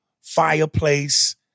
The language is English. fireplace